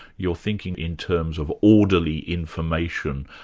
you're thinking in terms of orderly information,